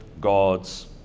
god's